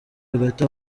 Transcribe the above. hagati